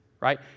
right